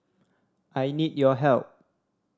I need your help